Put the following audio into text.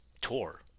tour